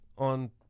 on